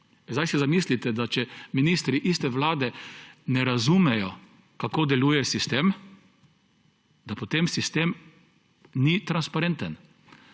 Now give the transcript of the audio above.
Zdaj se zamislite, da če ministri iste vlade ne razumejo, kako deluje sistem, potem sistem ni transparenten.